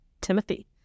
Timothy